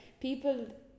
people